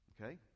Okay